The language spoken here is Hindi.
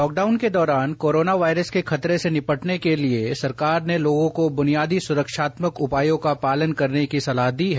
लॉक डाउन के दौरान कोरोना वायरस के खतरे से निपटने के लिए सरकार ने लोगों को बुनियादी सुरक्षात्माक उपायों का पालन करने की सलाह दी है